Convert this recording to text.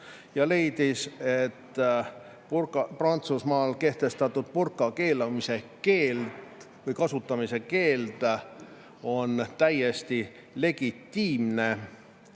kes leidis, et Prantsusmaal kehtestatud burkakeeld või selle kasutamise keeld on täiesti legitiimne.